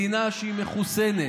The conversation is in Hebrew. מדינה שהיא מחוסנת,